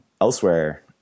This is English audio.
elsewhere